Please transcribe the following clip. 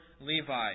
Levi